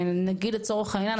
לצורך העניין,